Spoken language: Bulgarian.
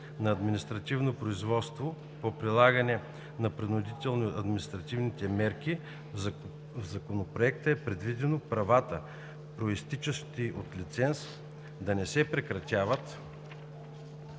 на административно производство по прилагане на принудителни административни мерки, в Законопроекта е предвидено правата, произтичащи от лиценз, да не се прекратяват